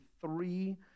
three